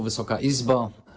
Wysoka Izbo!